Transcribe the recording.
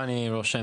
אני רוצה